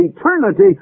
eternity